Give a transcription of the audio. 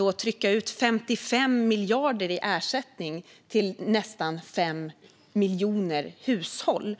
för att trycka ut 55 miljarder i ersättning till nästan 5 miljoner hushåll.